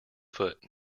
foot